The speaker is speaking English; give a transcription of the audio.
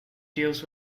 deals